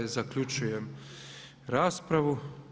Zaključujem raspravu.